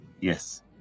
yes